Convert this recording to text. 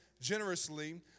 generously